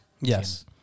Yes